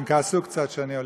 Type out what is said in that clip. הם כעסו קצת שאני עולה.